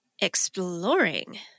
Exploring